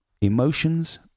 Emotions